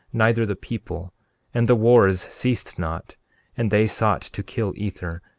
neither the people and the wars ceased not and they sought to kill ether,